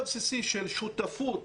של שותפות,